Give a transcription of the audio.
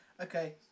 Okay